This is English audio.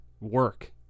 work